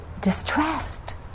distressed